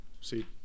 See